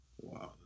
Wow